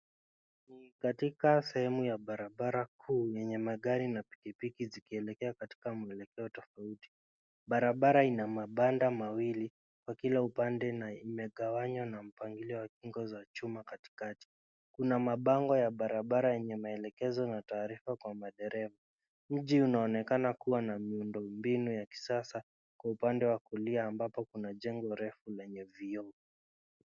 Ni katika sehemu ya barabara kuu yenye magari na pikipiki zikielekea katika mwelekeo tofauti. Barabara ina mabanda mawili kwa kila upande na imegawanywa na mpangilio wa nguzo za chuma katikati. Kuna mabango ya barabara yenye maelekezo na taarifa kwa madereva. Mji unaonekana kuwa na miundo mbinu ya kisasa kwa upande wa kulia ambapo kuna jengo refu lenye vioo.